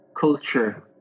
culture